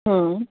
હમ્મ